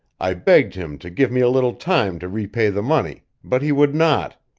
i begged him to give me a little time to repay the money, but he would not.